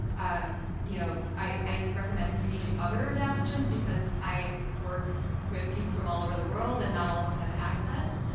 um you know i i recommend usually other adaptogens because i work with people from all over the world and not all of them have access.